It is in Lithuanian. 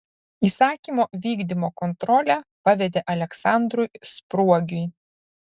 įsakymo vykdymo kontrolę pavedė aleksandrui spruogiui